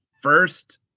first